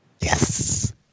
Yes